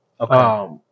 Okay